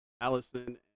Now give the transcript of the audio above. allison